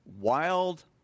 wild